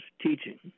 teaching